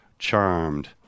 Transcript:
Charmed